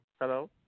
Hello